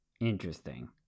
Interesting